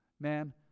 man